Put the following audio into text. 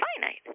finite